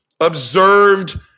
observed